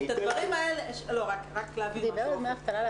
לא, רק להבין משהו.